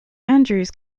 andrews